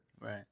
right